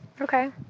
Okay